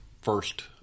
first